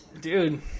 dude